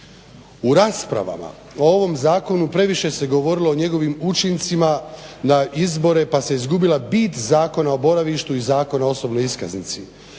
U raspravama o ovom zakonu previše se govorilo o njegovim učincima na izbore pa se izgubila bit Zakona o boravištu i Zakona o osobnoj iskaznici.